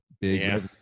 big